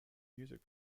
music